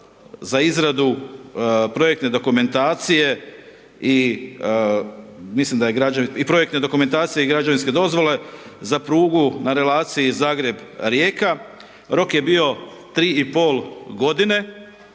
za izradu projektne dokumentacije i građevinske dozvole za prugu na relaciji Zagreb-Rijeka, rok je bio 3,5 g., radi